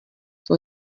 for